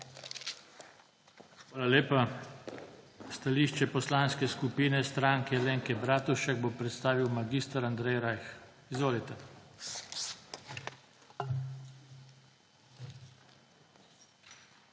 Hvala lepa. Stališče Poslanske skupine Stranke Alenke Bratušek bo predstavil mag. Andrej Rajh. Izvolite.